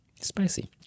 spicy